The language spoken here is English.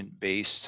based